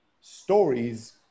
stories